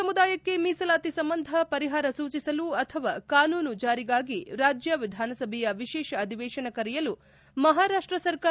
ಮರಾಠ ಸಮುದಾಯಕ್ಕೆ ಮೀಸಲಾತಿ ಸಂಬಂಧ ಪರಿಹಾರ ಸೂಚಿಸಲು ಅಥವಾ ಕಾನೂನು ಜಾರಿಗಾಗಿ ರಾಜ್ಯ ವಿಧಾನಸಭೆಯ ವಿಶೇಷ ಅಧಿವೇಶನ ಕರೆಯಲು ಮಹಾರಾಷ್ಟ ಸರ್ಕಾರ ನಿರ್ಧಾರ